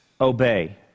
obey